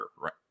right